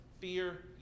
fear